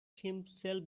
himself